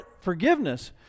forgiveness